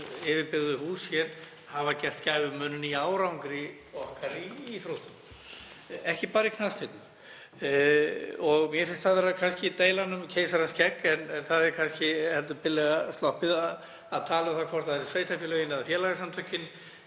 yfirbyggðu hús hafa gert gæfumuninn í árangri okkar í íþróttum, ekki bara í knattspyrnu. Mér finnst það vera kannski deilan um keisarans skegg en það er kannski heldur billega sloppið að tala um hvort það séu sveitarfélögin eða félagasamtökin